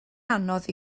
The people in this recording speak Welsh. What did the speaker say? anodd